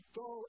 go